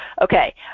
Okay